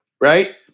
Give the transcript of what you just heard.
right